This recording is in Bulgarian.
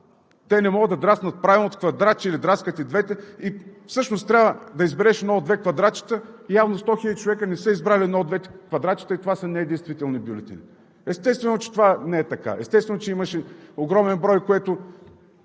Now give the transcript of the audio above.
не могат да драснат правилното квадратче или драскат и двете? Всъщност трябва да избереш едно от две квадратчета, явно сто хиляди човека не са избрали едно от двете квадратчета и това са недействителни бюлетини. Естествено, че това не е така, естествено, че имаше огромен брой, което